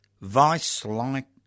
vice-like